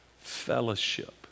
fellowship